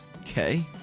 Okay